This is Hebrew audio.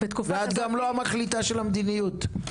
ואת גם לא המחליטה של המדיניות,